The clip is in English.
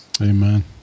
Amen